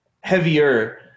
Heavier